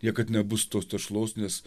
niekad nebus tos tešlos nes